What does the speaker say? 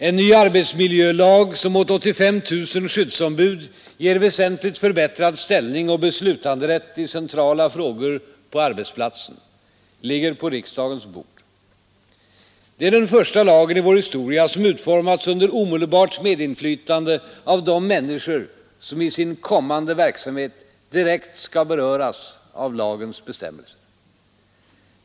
En ny arbetsmiljölag, som ger 85 000 skyddsombud väsentligt förbättrad ställning och beslutanderätt i centrala frågor på arbetsplatsen, ligger på riksdagens bord. Det är den första lagen i vår historia som utformats under omedelbart medinflytande av de människor som i sin kommande verksamhet direkt skall beröras av lagens bestämmelser.